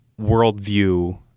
worldview